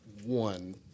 one